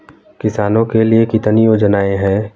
किसानों के लिए कितनी योजनाएं हैं?